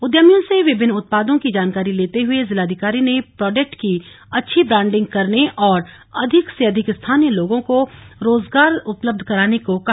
उद्यमियों से विभिन्न उत्पादों की जानकारी लेते हुए जिलाधिकारी ने प्रोडेक्ट की अच्छी ब्रांडिग करने और अधिक से अधिक स्थानीय लोगों को ही रोजगार उपलब्ध कराने को कहा